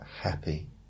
happy